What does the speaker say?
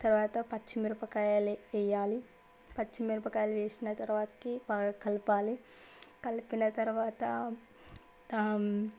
తరువాత పచ్చిమిరపకాయలు వేయాలి పచ్చిమిరపకాయలు వేసిన తరువాతకి బాగా కలపాలి కలిపిన తరువాత